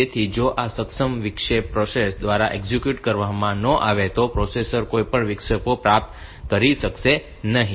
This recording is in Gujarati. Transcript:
તેથી જો આ સક્ષમ વિક્ષેપ પ્રોસેસર દ્વારા એક્ઝિક્યુટ કરવામાં ન આવે તો પ્રોસેસર કોઈપણ વિક્ષેપો પ્રાપ્ત કરી શકશે નહીં